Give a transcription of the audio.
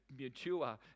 mature